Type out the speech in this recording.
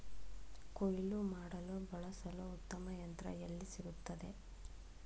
ಕುಯ್ಲು ಮಾಡಲು ಬಳಸಲು ಉತ್ತಮ ಯಂತ್ರ ಎಲ್ಲಿ ಸಿಗುತ್ತದೆ?